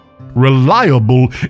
Reliable